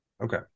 Okay